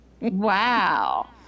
Wow